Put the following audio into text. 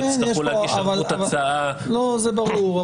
זה ברור,